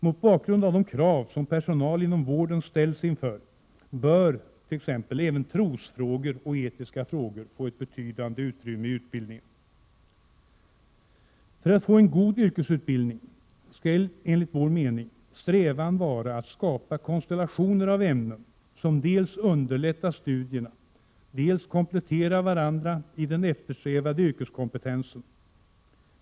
Mot bakgrund av de krav som personal inom vården ställs inför bör t.ex. även trosfrågor och etiska frågor få ett betydande utrymme i utbildningen. För att vi skall få till stånd en god yrkesutbildning måste enligt vår mening strävan vara att skapa konstellationer av ämnen som dels underlättar studierna, dels kompletterar varandra i den eftersträvade yrkeskompetensen.